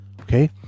Okay